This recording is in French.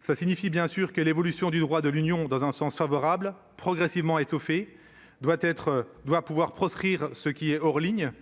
ça signifie bien sûr que l'évolution du droit de l'Union dans un sens favorable progressivement étouffé doit être, doit pouvoir proscrire ce qui est hors ligne